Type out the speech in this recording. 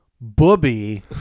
Booby